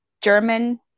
German